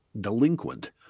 delinquent